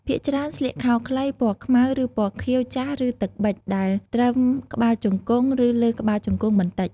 ភាគច្រើនស្លៀកខោខ្លី ពណ៌ខ្មៅ ឬពណ៌ខៀវចាស់ឬ ទឹកប៊ិច ដែលត្រឹមក្បាលជង្គង់ ឬលើក្បាលជង្គង់បន្តិច។